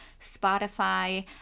Spotify